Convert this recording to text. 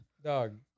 Dog